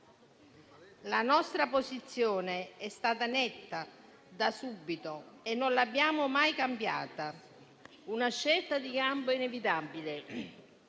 La nostra posizione è stata netta da subito e non l'abbiamo mai cambiata. Una scelta di campo inevitabile